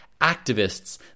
activists